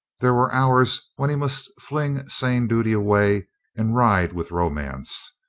there were hours when he must fling sane duty away and ride with romance.